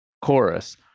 chorus